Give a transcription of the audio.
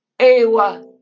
Ewa